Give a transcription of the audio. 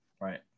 right